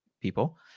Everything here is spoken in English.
people